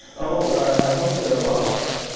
oh, i hope there are lots.